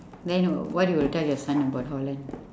then uh what you will tell your son about holland